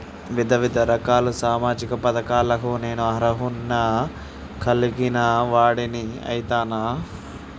వివిధ రకాల సామాజిక పథకాలకు నేను అర్హత ను కలిగిన వాడిని అయితనా?